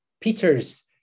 Peter's